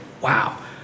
wow